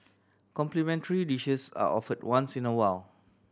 complimentary dishes are offered once in a while